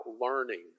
learning